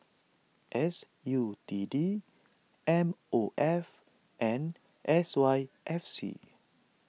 S U T D M O F and S Y F C